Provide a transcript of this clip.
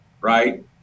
right